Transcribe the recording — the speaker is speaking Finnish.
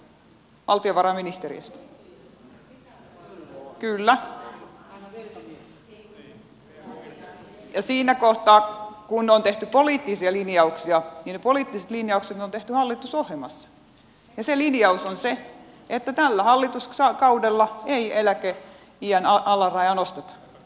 ja siinä kohtaa kun on tehty poliittisia linjauksia poliittiset linjaukset on tehty hallitusohjelmassa ja se linjaus on se että tällä hallituskaudella ei eläkeiän alarajaa nosteta